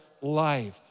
life